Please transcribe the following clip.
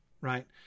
Right